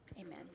Amen